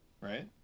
right